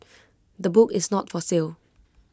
the book is not for sale